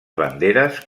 banderes